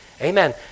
Amen